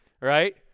right